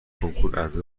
کنکوراز